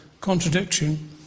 contradiction